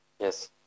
Yes